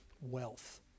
wealth